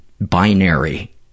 binary